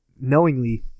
knowingly